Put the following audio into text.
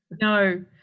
no